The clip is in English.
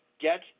get